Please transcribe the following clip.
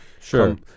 sure